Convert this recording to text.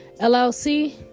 LLC